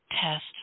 test